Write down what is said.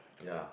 ya